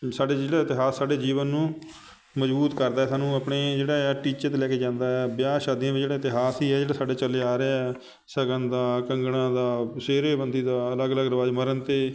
ਸਾਡੇ ਜਿਲ੍ਹੇ ਦਾ ਇਤਿਹਾਸ ਸਾਡੇ ਜੀਵਨ ਨੂੰ ਮਜ਼ਬੂਤ ਕਰਦਾ ਸਾਨੂੰ ਆਪਣੇ ਜਿਹੜਾ ਆ ਟੀਚੇ 'ਤੇ ਲੈ ਕੇ ਜਾਂਦਾ ਆ ਵਿਆਹ ਸ਼ਾਦੀਆਂ ਵੀ ਜਿਹੜਾ ਇਤਿਹਾਸ ਹੀ ਹੈ ਜਿਹੜਾ ਸਾਡੇ ਚੱਲੇ ਆ ਰਿਹਾ ਆ ਸ਼ਗਨ ਦਾ ਕੰਗਣਾ ਦਾ ਸਿਹਰੇ ਬੰਦੀ ਦਾ ਅਲੱਗ ਅਲੱਗ ਰਿਵਾਜ਼ ਮਰਨ 'ਤੇ